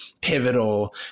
pivotal